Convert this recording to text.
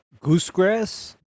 goosegrass